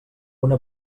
una